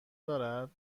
دارد